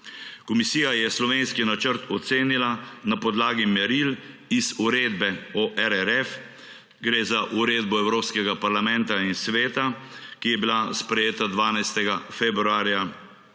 Komisija je slovenski načrt ocenila na podlagi meril iz uredbe o RRF. Gre za uredbo Evropskega parlamenta in Sveta, ki je bila sprejeta 12. februarja